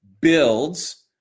builds